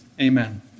Amen